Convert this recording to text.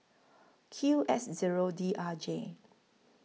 Q X Zero D R J